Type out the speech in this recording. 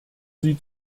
sie